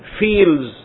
feels